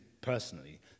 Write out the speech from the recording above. personally